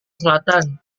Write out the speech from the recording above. selatan